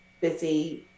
busy